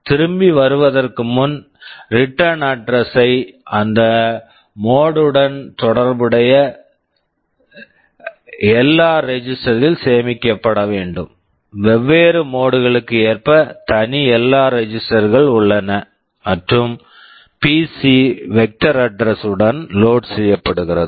திரும்பி வருவதற்கு முன் ரிட்டர்ன் அட்ரஸ் return address அந்த மோட் mode உடன் தொடர்புடைய எல்ஆர் LR ரெஜிஸ்டர் register ல் சேமிக்கப்பட வேண்டும் வெவ்வேறு மோட் mode களுக்கு ஏற்ப தனி எல்ஆர் LR ரெஜிஸ்டர் register கள் உள்ளன மற்றும் PC PC vector address vector address உடன் லோட் load செய்யப்படுகிறது